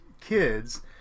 kids